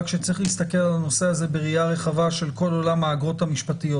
רק שצריך להסתכל על הנושא הזה בראייה רחבה של כל עולם האגרות המשפטיות